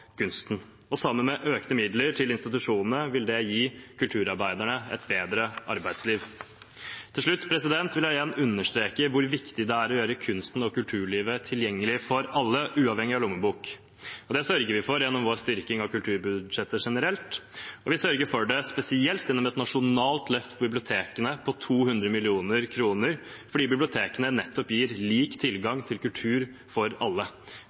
på kunsten. Sammen med økte midler til institusjonene vil det gi kulturarbeiderne et bedre arbeidsliv. Til slutt vil jeg igjen understreke hvor viktig det er å gjøre kunsten og kulturlivet tilgjengelig for alle, uavhengig av lommebok. Det sørger vi for gjennom vår styrking av kulturbudsjettet generelt. Og vi sørger for det spesielt gjennom et nasjonalt løft for bibliotekene på 200 mill. kr, fordi bibliotekene nettopp gir alle lik tilgang til kultur. Det hele handler om å skape et kulturliv for